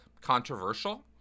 controversial